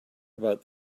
about